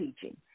teaching